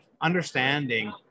understanding